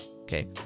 okay